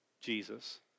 Jesus